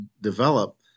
develop